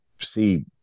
see